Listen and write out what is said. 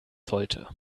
sollte